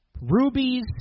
Rubies